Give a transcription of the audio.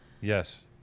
Yes